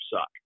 suck